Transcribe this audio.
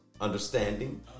understanding